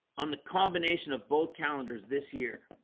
on the combination of both calendars this year